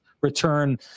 return